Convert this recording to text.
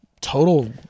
total